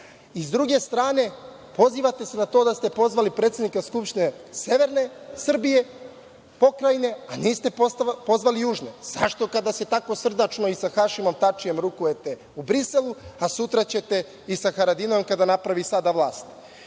druge strane, pozivate se na to da ste pozvali predsednika skupštine severne Srbije, pokrajine, a niste pozvali južne. Zašto kada se tako srdačno i sa Hašimom Tačijem rukujete u Briselu, a sutra ćete i sa Haradinajem kada napravi sada vlast? Takođe